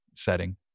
setting